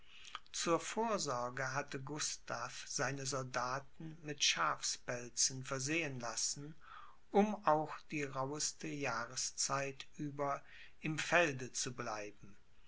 zur vorsorge hatte gustav seine soldaten mit schafspelzen versehen lassen um auch die rauheste jahreszeit über im felde zu bleiben